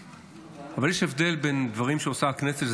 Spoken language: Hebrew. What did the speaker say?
אבל יש הבדל בין דברים שעושה הכנסת,